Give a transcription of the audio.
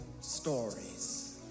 stories